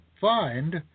find